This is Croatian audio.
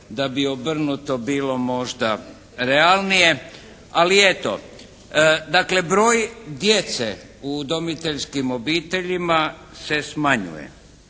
da bi obrnuto bilo možda realnije, ali eto. Dakle broj djece u udomiteljskim obiteljima se smanjuje,